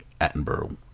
Attenborough